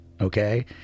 Okay